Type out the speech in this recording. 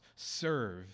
Serve